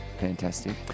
Fantastic